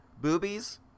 Boobies